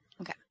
Okay